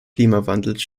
klimawandels